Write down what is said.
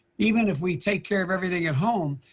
even if we take care of everything at home,